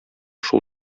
шул